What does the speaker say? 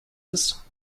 ist